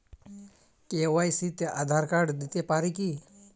KYC তে Aadhaar card দিতে পারি কি?